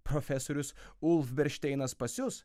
profesorius ulfberšteinas pasius